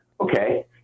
Okay